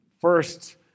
first